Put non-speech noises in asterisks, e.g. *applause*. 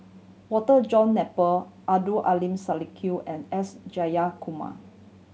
Walter John Napier Abdul Aleem *unintelligible* and S Jayakumar